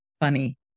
funny